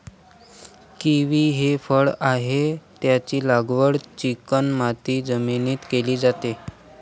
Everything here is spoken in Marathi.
किवी हे फळ आहे, त्याची लागवड चिकणमाती जमिनीत केली जाते